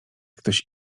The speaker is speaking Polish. ktoś